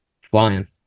flying